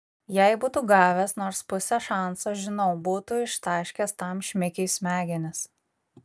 jei būtų gavęs nors pusę šanso žinau būtų ištaškęs tam šmikiui smegenis